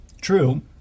true